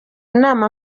inama